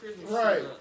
Right